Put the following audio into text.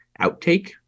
outtake